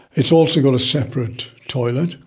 it's also got a separate toilet,